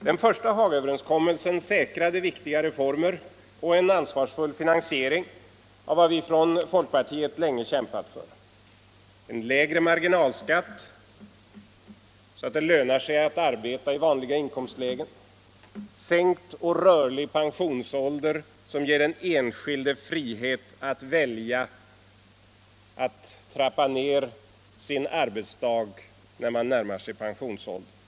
Den första Hagaöverenskommelsen säkrade viktiga reformer och en ansvarsfull finansiering av vad vi från folkpartiet länge hade kämpat för: lägre marginalskatt, så att det lönar sig att arbeta i vanliga inkomstlä gen, sänkt och rörlig pensionsålder som ger den enskilde frihet att välja, att trappa ner sin arbetsdag när man närmar sig pensionsåldern.